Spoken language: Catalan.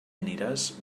aniràs